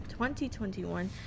2021